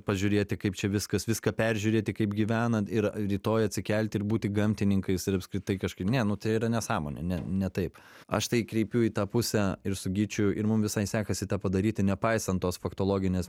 pažiūrėti kaip čia viskas viską peržiūrėti kaip gyvena ir rytoj atsikelti ir būti gamtininkais ir apskritai kažkaip ne nu tai yra nesąmonė ne ne taip aš tai kreipiu į tą pusę ir su gyčiu ir mum visai sekasi tą padaryti nepaisant tos faktologinės